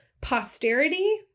posterity